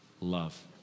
love